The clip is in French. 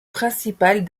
principales